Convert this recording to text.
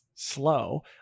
slow